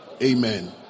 Amen